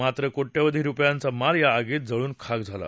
मात्र कोर्बिवधी रुपयांचा माल या आगीत जळून खाक झाला